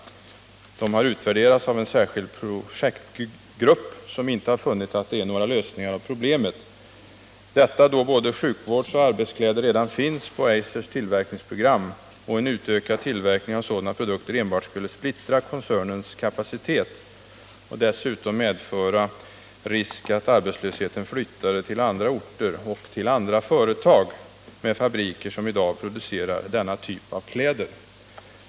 De har utvärderats av en särskild projektgrupp, som inte funnit att förslagen innebär några lösningar av problemen, eftersom både sjukvårdsoch arbetskläder redan finns på Eisers tillverkningsprogram och en utökad tillverkning av sådana produkter enbart skulle splittra koncernens kapacitet och dessutom medföra risk för att arbetslösheten flyttade till andra orter och företag med fabriker som i dag producerar denna typ av kläder.